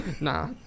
Nah